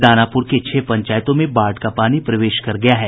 दानापुर के छह पंचायतों में बाढ़ का पानी प्रवेश कर गया है